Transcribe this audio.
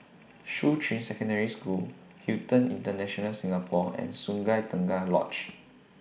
Shuqun Secondary School Hilton International Singapore and Sungei Tengah Lodge